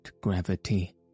gravity